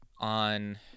on